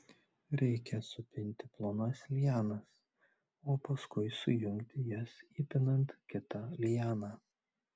reikia supinti plonas lianas o paskui sujungti jas įpinant kitą lianą